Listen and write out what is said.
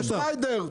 יש ריידר,